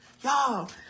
y'all